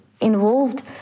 involved